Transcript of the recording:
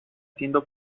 siendo